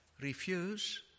Refuse